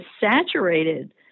saturated